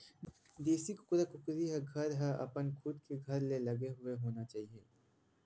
देशी कुकरा कुकरी के घर ह अपन खुद के घर ले लगे हुए होना चाही